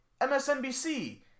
MSNBC